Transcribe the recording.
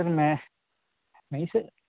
سر میں نہیں سر